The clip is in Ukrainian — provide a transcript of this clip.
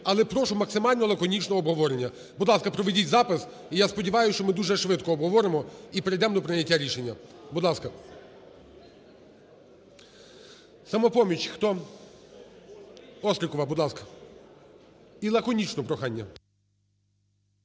але прошу максимально лаконічно обговорення. Будь ласка, проведіть запис. І я сподіваюсь, що ми дуже швидко обговоримо і перейдемо до прийняття рішення. Будь ласка. "Самопоміч", хто? Острікова, будь ласка. І лаконічно, прохання.